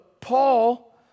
Paul